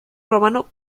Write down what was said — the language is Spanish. romano